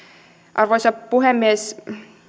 arvoisa puhemies